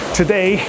today